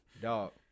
Dog